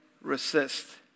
resist